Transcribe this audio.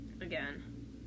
Again